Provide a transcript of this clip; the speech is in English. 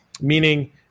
meaning